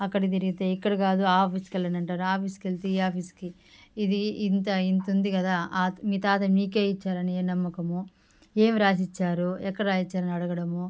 అక్కడ తిరిగితే ఇక్కడ కాదు ఆ ఆఫీసుకి వెళ్ళండి అని అంటారు ఆ ఆఫీసుకి వెళితే ఈ ఆఫీసుకి ఇది ఇంత ఇంత ఉంది కదా మీ తాత మీకు ఇచ్చారని ఏం నమ్మకము ఏమి రాసిచ్చారు ఎక్కడ రాసిచ్చారు అని అడగడం